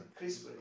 CRISPR